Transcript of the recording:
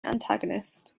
antagonist